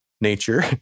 nature